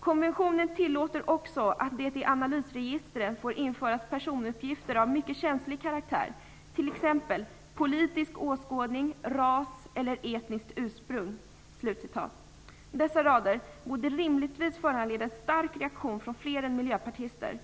"Konventionen tillåter också att det i analysregistren får införas personuppgifter av mycket känslig karaktär, t.ex. politisk åskådning, ras eller etniskt ursprung." Dessa rader borde rimligtvis föranleda en stark reaktion från fler än miljöpartister.